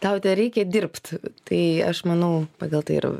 tau tereikia dirbt tai aš manau pagal tai ir